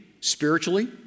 spiritually